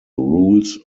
rules